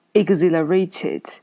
exhilarated